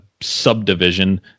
subdivision